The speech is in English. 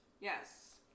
Yes